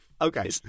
Okay